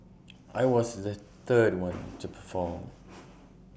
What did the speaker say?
I was the third one to perform